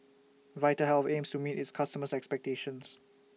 Vitahealth aims to meet its customers' expectations